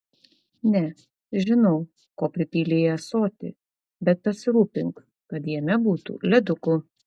ne žinau ko pripylei į ąsotį bet pasirūpink kad jame būtų ledukų